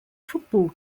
football